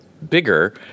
Bigger